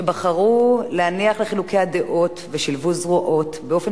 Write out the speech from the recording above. שבחרו להניח לחילוקי הדעות ושילבו זרועות באופן